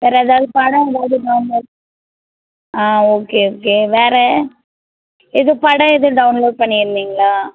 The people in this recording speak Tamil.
வேறு எதாவது படம் இந்தமாதிரி டவுன்லோட் ஆ ஓகே ஓகே வேறு எது படம் எதுவும் டவுன்லோடு பண்ணியிருந்தீங்களா